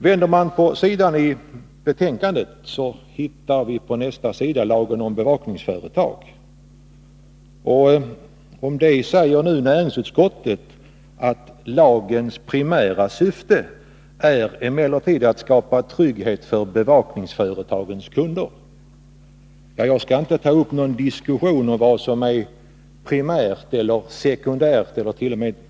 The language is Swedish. Vänder man på sidan i betänkandet finner man att näringsutskottet i fråga om lagen om bevakningsföretag säger: ”Lagens primära syfte är emellertid att skapa trygghet för bevakningsföretagens kunder.” Jag skall inte ta upp någon diskussion om vad som är det primära, sekundära ellert.o.m.